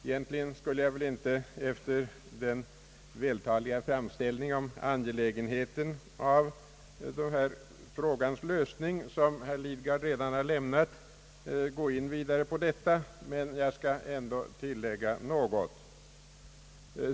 Egentligen skulle jag väl inte efter den vältaliga framställning om angelägenheten av denna frågas lösning, som herr Lidgard redan lämnat, gå vidare in på detta, men jag skail ändå tillägga något.